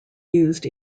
used